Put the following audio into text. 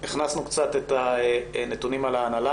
הכנסנו קצת את נתונים על ההנהלה.